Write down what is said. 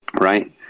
Right